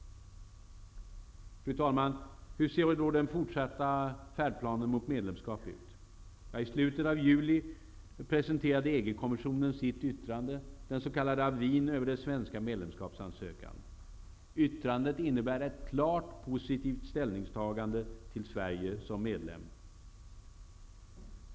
Fru talman! Hur ser då den fortsatta färdplanen mot medlemskapet ut? I slutet av juli presenterade EG-kommissionen sitt yttrande, den s.k. avin, över den svenska medlemskapsansökan. Yttrandet innebär ett klart positivt ställningstagande till Sverige som medlem.